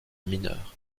mineur